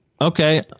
okay